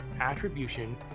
attribution